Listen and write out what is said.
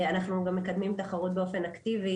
אנחנו גם מקדמים תחרות באופן אקטיבי